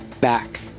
back